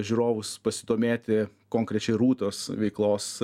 žiūrovus pasidomėti konkrečiai rūtos veiklos